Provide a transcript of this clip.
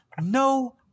no